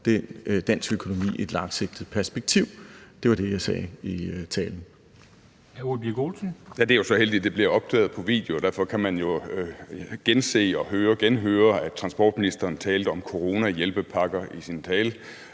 dansk økonomi i et langsigtet perspektiv. Det var det, jeg sagde i talen.